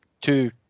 Two